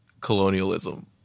colonialism